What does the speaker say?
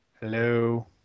Hello